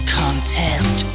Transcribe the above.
contest